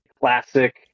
classic